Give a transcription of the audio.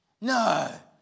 No